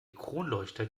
kronleuchter